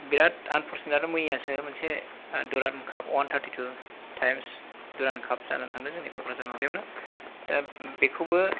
बिराद आनफर्सुनेट आरो मैयासो मोनसे Durand Cup won thirty two times Durand Cup जानानै थांदों जोंनि क'क्राझार माबायावनो दा बेखौबो